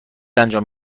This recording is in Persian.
انجام